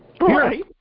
Right